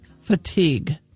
fatigue